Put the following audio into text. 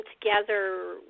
together